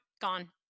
gone